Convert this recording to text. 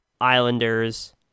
Islanders